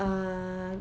uh